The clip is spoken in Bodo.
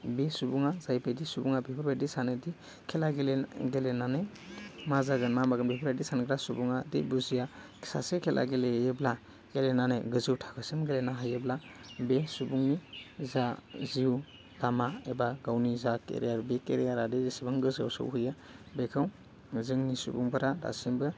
बे सुबुङा जायबायदि सुबुङा बेफोरबादि सानोदि खेला गेले गेलेनानै मा जागोन मा मागोन बेफोरबादि सानग्रा सुबुङा दि बुजिया सासे खेला गेलेयोब्ला गेलेनानै गोजौ थाखोसिम गेलेनो हायोब्ला बे सुबुंनि जा जिउ लामा एबा गावनि जा केरियार बे केरियारआदि जेसेबां गोजौ सौहैयो बेखौ जोंनि सुबुंफोरा दासिमबो